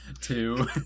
Two